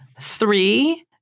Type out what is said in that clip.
three